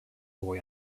boy